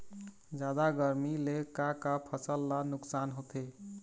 जादा गरमी ले का का फसल ला नुकसान होथे?